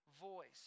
voice